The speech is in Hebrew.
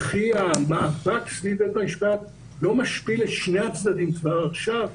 וכי המאבק סביב בית המשפט לא משפיל לשני הצדדים כבר עכשיו?